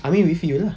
I mean with you lah